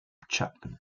chapman